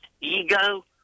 ego